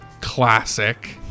classic